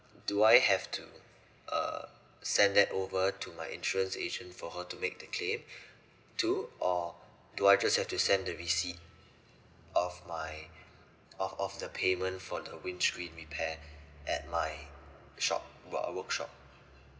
do I have to uh send that over to my insurance agent for her to make the claim too or do I just have to send the receipt of my of of the payment for the windscreen repair at my shop uh workshop